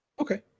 Okay